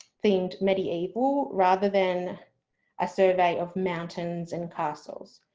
themed medieval rather than a survey of mountains and castles.